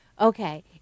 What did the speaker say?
Okay